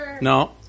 No